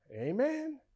Amen